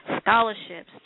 scholarships